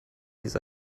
diese